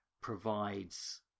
provides